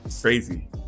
Crazy